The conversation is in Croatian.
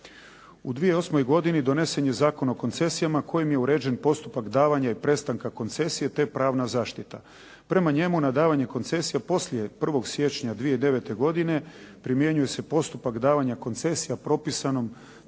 U 2008. godini donesen je Zakon o koncesijama kojim je uređen postupak davanja i prestanka koncesije te pravna zaštita. Prema njemu na davanje koncesije poslije 1. siječnja 2009. godine primjenjuje se postupak davanja koncesija propisano